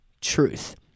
truth